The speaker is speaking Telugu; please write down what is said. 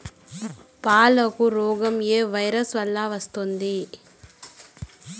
పాలకు రోగం ఏ వైరస్ వల్ల వస్తుంది?